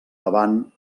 davant